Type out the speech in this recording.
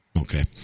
Okay